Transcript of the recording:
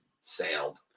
sailed